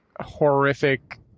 horrific